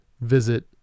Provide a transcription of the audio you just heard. visit